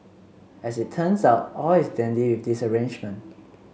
as it turns out all is dandy with this arrangement